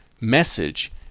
message